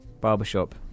Barbershop